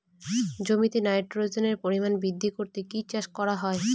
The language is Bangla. জমিতে নাইট্রোজেনের পরিমাণ বৃদ্ধি করতে কি চাষ করা হয়?